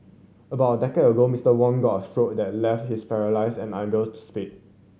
about a decade ago Mister Wong got a stroke that left him paralysed and unable to speak